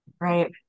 Right